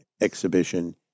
exhibition